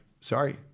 sorry